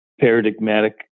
paradigmatic